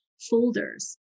folders